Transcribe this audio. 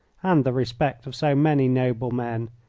and the respect of so many noble men,